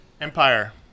Empire